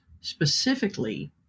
specifically